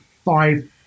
five